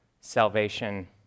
salvation